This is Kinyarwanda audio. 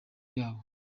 yabo